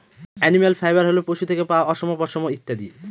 animal fibre হল পশু থেকে পাওয়া অশম, পশম ইত্যাদি